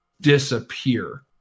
disappear